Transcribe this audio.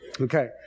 Okay